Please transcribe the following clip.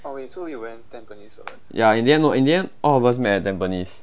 ya in the end no in the end all of us met at tampines